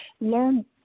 learn